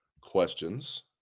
questions